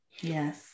yes